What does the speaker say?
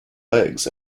legs